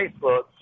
Facebook